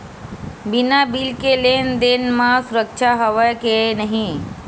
बिना बिल के लेन देन म सुरक्षा हवय के नहीं?